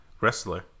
Wrestler